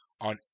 on